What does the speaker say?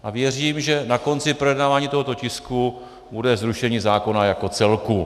A věřím, že na konci projednávání tohoto tisku bude zrušení zákona jako celku.